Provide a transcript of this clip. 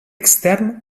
extern